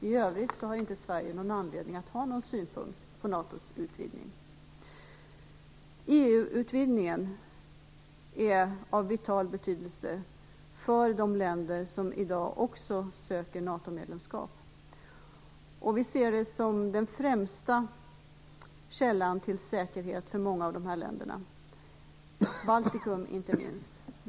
I övrigt har Sverige inte anledning att ha någon synpunkt på EU-utvidgningen är av vital betydelse för de länder som i dag också söker NATO-medlemskap. Vi ser det som den främsta källan till säkerhet för många av de här länderna, inte minst för Baltikum.